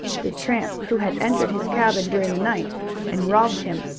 the tramp who had entered his cabin during the night and robbed him,